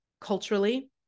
culturally